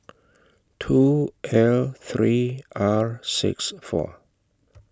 two L three R six four